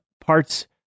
parts